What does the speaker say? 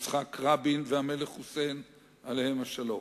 ויצחק רבין והמלך חוסיין עליהם השלום.